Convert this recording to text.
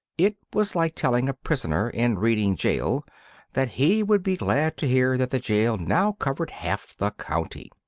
it was like telling a prisoner in reading gaol that he would be glad to hear that the gaol now covered half the county.